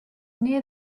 near